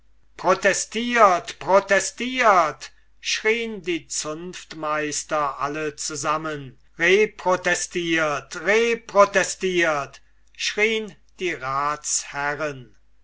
abderaprotestiert protestiert schrien die zunftmeister alle zusammen reprotestiert reprotestiert schrien die ratsherren